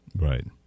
right